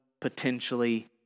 potentially